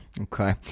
Okay